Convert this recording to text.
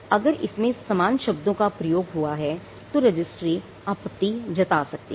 अगर इसमें समान शब्दों का प्रयोग हुआ है तो रजिस्ट्री आपत्ति जता सकती है